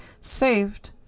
saved